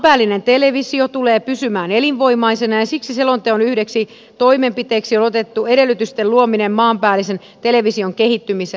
maanpäällinen televisio tulee pysymään elinvoimaisena ja siksi selonteon yhdeksi toimenpiteeksi on otettu edellytysten luominen maanpäällisen television kehittymiselle